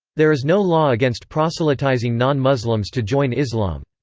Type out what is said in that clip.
there is no law against proselytizing non-muslims to join islam.